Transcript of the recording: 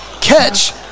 catch